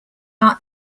art